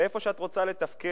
לאיפה שאת רוצה לתפקד,